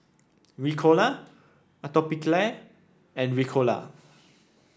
Ricola Atopiclair and Ricola